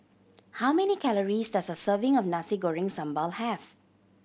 how many calories does a serving of Nasi Goreng Sambal have